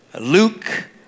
Luke